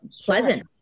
pleasant